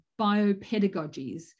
biopedagogies